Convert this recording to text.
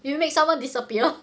you make someone disappear